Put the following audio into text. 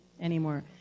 anymore